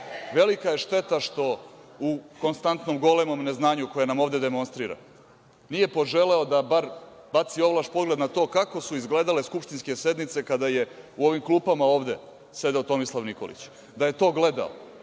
Velika je šteta što u konstantnom golemom neznanju koje nam ovde demonstrira nije poželeo da bar baci ovlaš pogled na to kako su izgledale skupštinske sednice kada je u ovim klupama ovde sedeo Tomislav Nikolić. Da je to gledao,